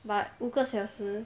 but 五个小时